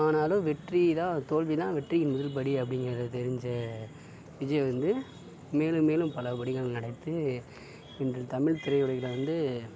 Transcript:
ஆனாலும் வெற்றிதான் தோல்விதான் வெற்றியின் முதல் படி அப்படிங்கிறத தெரிஞ்ச விஜய் வந்து மேலும் மேலும் பல படகள் நடித்து இன்று தமிழ் திரையுலகில் வந்து